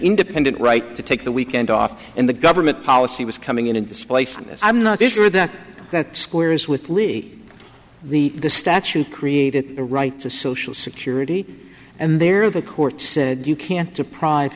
independent right to take the weekend off and the government policy was coming in and displacing this i'm not sure that that squares with lee the the statute created a right to social security and there the court said you can't to priv